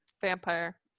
Vampire